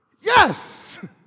Yes